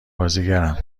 بازیگرم